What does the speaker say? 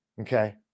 okay